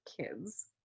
kids